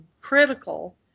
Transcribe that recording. critical